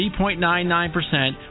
3.99%